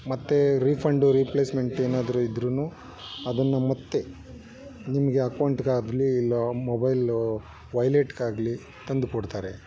ಮತ್ತೇ refund replacement ಏನಾದರು ಇದ್ರೂ ಅದನ್ನು ಮತ್ತೆ ನಿಮಗೆ ಅಕೌಂಟ್ಗಾಗಲಿ ಇಲ್ಲ ಮೊಬೈಲು ವೈಲೆಟ್ಗಾಗಲಿ ತಂದುಕೊಡ್ತಾರೆ